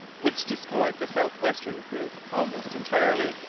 which destroyed the southwestern group almost entirely.